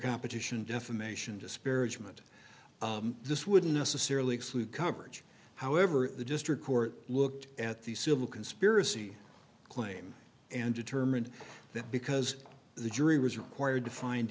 competition defamation disparagement this wouldn't necessarily exclude coverage however the district court looked at the civil conspiracy claim and determined that because the jury was required to find